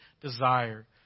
desire